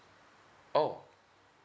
oh